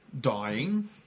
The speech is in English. dying